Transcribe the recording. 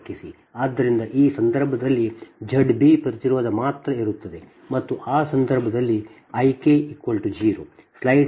ಆದ್ದರಿಂದ ಈ ಸಂದರ್ಭದಲ್ಲಿ Z b ಪ್ರತಿರೋಧ ಮಾತ್ರ ಇರುತ್ತದೆ ಮತ್ತು ಆ ಸಂದರ್ಭದಲ್ಲಿ I k 0